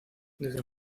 desde